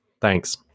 Thanks